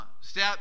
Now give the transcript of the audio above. step